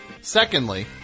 Secondly